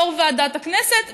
יו"ר ועדת הכנסת,